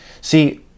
See